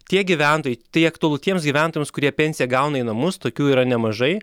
tie gyventojai tai aktualu tiems gyventojams kurie pensiją gauna į namus tokių yra nemažai